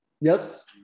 Yes